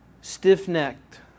Stiff-necked